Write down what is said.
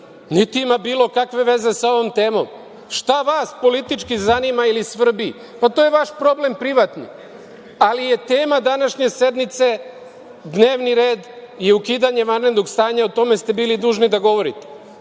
niti ima bilo kakve veze sa ovom temom. Šta vas politički zanima ili svrbi, pa to je vaš problem privatni, ali je tema današnje sednice, dnevni red je ukidanje vanrednog stanja, o tome ste bili dužni da govorite.